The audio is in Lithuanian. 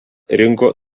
rinko